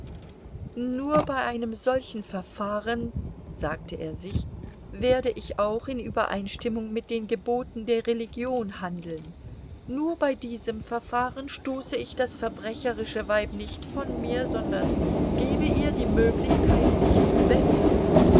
nur bei einem solchen verfahren sagte er sich werde ich auch in übereinstimmung mit den geboten der religion handeln nur bei diesem verfahren stoße ich das verbrecherische weib nicht von mir sondern gebe ihr die möglichkeit sich zu bessern